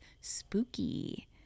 spooky